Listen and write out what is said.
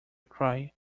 cry